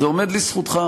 זה עומד לזכותך.